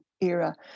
era